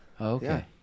Okay